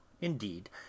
indeed